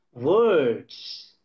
words